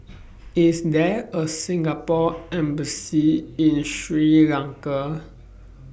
IS There A Singapore Embassy in Sri Lanka